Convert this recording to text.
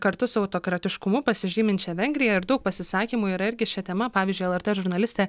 kartu su autokratiškumu pasižyminčia vengrija ir daug pasisakymų yra irgi šia tema pavyzdžiui lrt žurnalistė